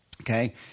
Okay